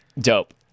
dope